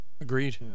agreed